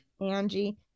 Angie